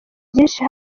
byinshi